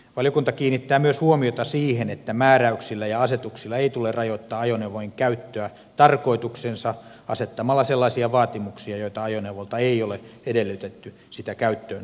valiokunta kiinnittää huomiota myös siihen että määräyksillä ja asetuksilla ei tule rajoittaa ajoneuvojen käyttöä tarkoitukseensa asettamalla sellaisia vaatimuksia joita ajoneuvolta ei ole edellytetty sitä käyttöön otettaessa